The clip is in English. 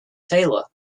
taylor